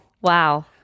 wow